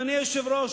אדוני היושב-ראש,